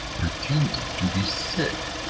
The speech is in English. pretended to be sick,